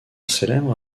célèbre